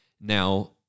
Now